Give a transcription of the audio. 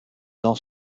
dans